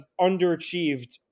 underachieved –